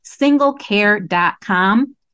singlecare.com